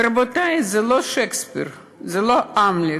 ורבותי, זה לא שייקספיר, זה לא "המלט",